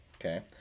Okay